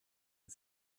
den